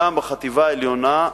גם בחטיבה העליונה,